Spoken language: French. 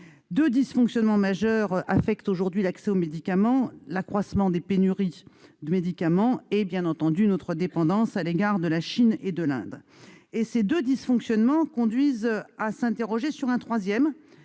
Deux dysfonctionnements majeurs affectent aujourd'hui l'accès aux médicaments : l'accroissement des pénuries de médicaments et, bien entendu, notre dépendance à l'égard de la Chine et de l'Inde. Ces deux dysfonctionnements conduisent à nous interroger sur un troisième,